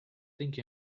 think